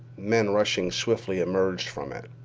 men rushing swiftly emerged from it.